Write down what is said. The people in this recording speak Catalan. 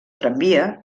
tramvia